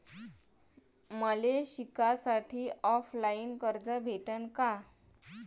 मले शिकासाठी ऑफलाईन कर्ज भेटन का?